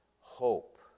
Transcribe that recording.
hope